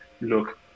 look